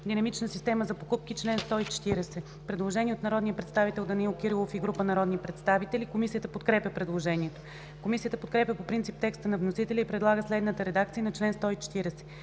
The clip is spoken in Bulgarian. „Динамична система за покупки” – чл. 140. Предложение от народния представител Данаил Кирилов и група народни представители, което е подкрепено от Комисията. Комисията подкрепя по принцип текста на вносителя и предлага следната редакция на чл. 140: